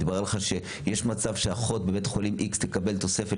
מתברר לך שיש מצב שאחות בבית חולים X תקבל תוספת